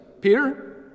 Peter